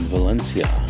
Valencia